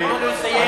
תן לי לסיים.